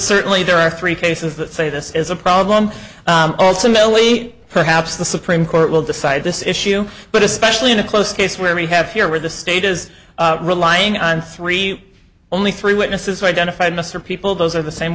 certainly there are three cases that say this is a problem also mentally perhaps the supreme court will decide this issue but especially in a close case where we have here where the state is relying on three only three witnesses identified lesser people those are the same